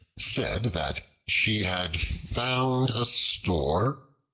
said that she had found a store,